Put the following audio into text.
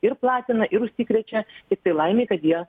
ir platina ir užsikrečia tiktai laimei kad jie